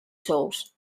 sous